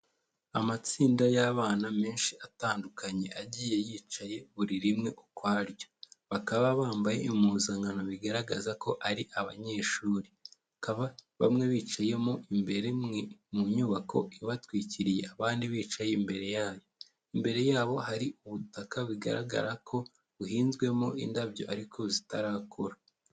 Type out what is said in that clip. Amatsinda y'abana menshi atandukanye agiye yicaye buri rimwe ukwaryo, bakaba bambaye impuzankano bigaragaza ko ari abanyeshuri, bakaba bamwe bicayemo imbere mu nyubako ibatwikiriye abandi bicaye imbere yayo. Imbere yabo hari ubutaka bigaragara ko, buhinzwemo indabyo ariko zitarakura.